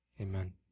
Amen